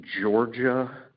Georgia